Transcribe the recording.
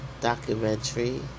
Documentary